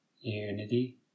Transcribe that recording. unity